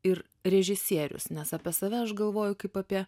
ir režisierius nes apie save aš galvoju kaip apie